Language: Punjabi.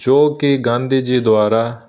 ਜੋ ਕਿ ਗਾਂਧੀ ਜੀ ਦੁਆਰਾ